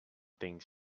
things